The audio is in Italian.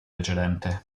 precedente